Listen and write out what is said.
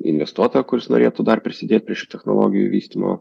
investuotojo kuris norėtų dar prisidėt prie šių technologijų vystymo